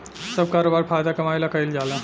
सब करोबार फायदा कमाए ला कईल जाल